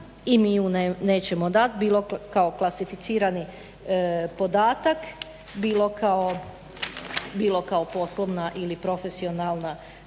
i mi ju nećemo dati, bilo kao klasificirani podatak, bilo kao poslovna ili profesionalna tajna,